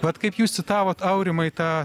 vat kaip jūs citavot aurimai tą